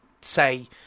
say